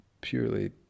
purely